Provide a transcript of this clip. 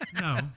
No